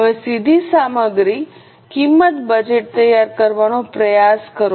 હવે સીધી સામગ્રી કિંમત બજેટ તૈયાર કરવાનો પ્રયાસ કરો